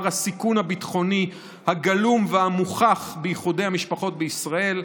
הסיכון הביטחוני הגלום והמוכח באיחודי המשפחות בישראל.